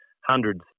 hundreds